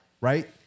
Right